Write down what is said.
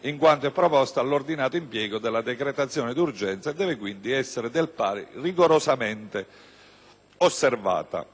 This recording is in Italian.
in quanto preposta all'ordinato impiego della decretazione d'urgenza, e deve quindi essere del pari rigorosamente osservata.